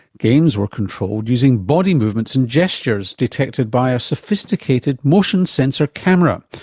games were controlled using body movements and gestures detected by a sophisticated motion sensor camera.